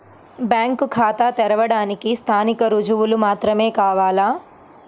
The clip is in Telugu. బ్యాంకు ఖాతా తెరవడానికి స్థానిక రుజువులు మాత్రమే కావాలా?